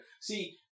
See